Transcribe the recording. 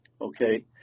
Okay